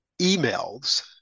emails